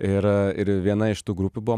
ir ir viena iš tų grupių buvo